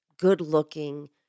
good-looking